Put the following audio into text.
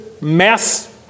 mess